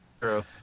True